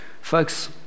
Folks